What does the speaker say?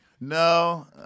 No